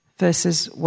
Verses